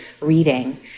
reading